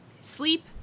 sleep